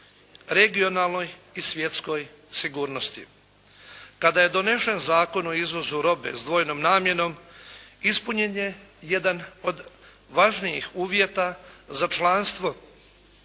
regionalnoj i svjetskoj sigurnosti. Kada je donesen Zakon o izvozu robe s dvojnom namjenom ispunjen je jedan od važnijih uvjeta za članstvo